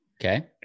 Okay